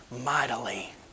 mightily